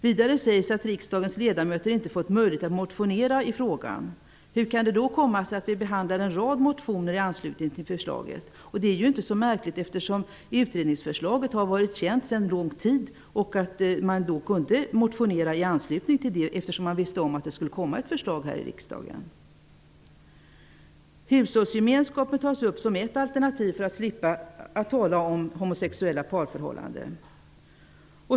Vidare säger reservanterna att riksdagens ledamöter inte har fått möjlighet att motionera i frågan. Hur kan det då komma sig att vi behandlar en rad motioner i anslutning till förslaget? Det är ju inte så märkligt, eftersom utredningsförslaget har varit känt under lång tid. Man kunde ju motionera, eftersom man visste att ett förslag skulle framläggas för riksdagen. I reservationen tas även hushållsgemenskap upp såsom ett alternativ för att slippa tala om homosexuella parförhållanden.